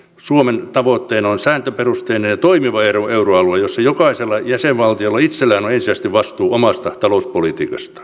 suomen tavoitteena on sääntöperusteinen ja toimiva euroalue jossa jokaisella jäsenvaltiolla itsellään on ensisijaisesti vastuu omasta talouspolitiikastaan